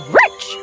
rich